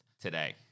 today